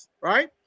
right